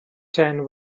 tent